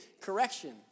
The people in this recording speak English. correction